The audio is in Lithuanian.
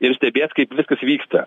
ir stebės kaip viskas vyksta